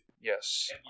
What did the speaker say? Yes